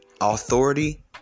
authority